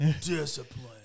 Discipline